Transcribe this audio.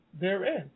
therein